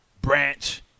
Branch